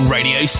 Radio